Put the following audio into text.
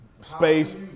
space